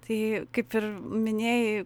tai kaip ir minėjai